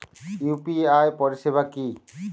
UPI পরিসেবা কি?